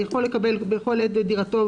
יכול לקבל בכל עת בדירתו,